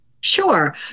Sure